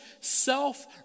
self